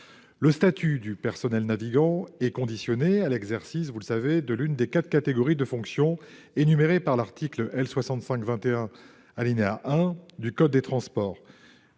Le statut de personnel navigant est conditionné à l'exercice de l'une des quatre catégories de fonction énumérées par l'article L. 6521-1 du code des transports